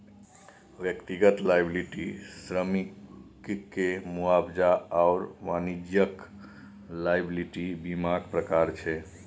व्यक्तिगत लॉयबिलटी श्रमिककेँ मुआवजा आओर वाणिज्यिक लॉयबिलटी बीमाक प्रकार छै